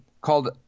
called